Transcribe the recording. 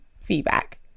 feedback